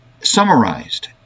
summarized